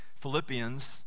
Philippians